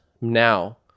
now